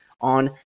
on